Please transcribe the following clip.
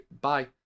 bye